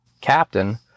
captain